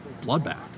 bloodbath